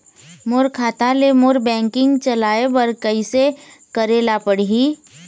मोर खाता ले मोर बैंकिंग चलाए बर कइसे करेला पढ़ही?